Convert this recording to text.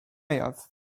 jaw